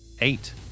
eight